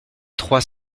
trois